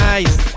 Nice